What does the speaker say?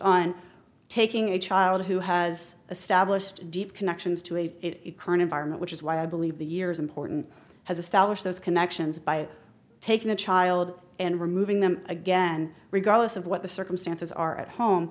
on taking a child who has established deep connections to a it current environment which is why i believe the years important has established those connections by taking a child and removing them again regardless of what the circumstances are at home